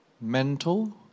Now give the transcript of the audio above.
mental